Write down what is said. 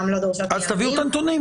לא דורשות בדיקות PCR. תביאו את הנתונים.